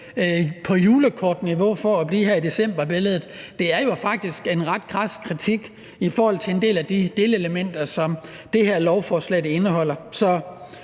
på julekortniveau, for at blive her i decemberbilledet. Det er jo faktisk en ret kras kritik af en del af de elementer, som det her lovforslag indeholder.